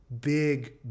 Big